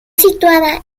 situada